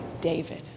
David